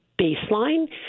baseline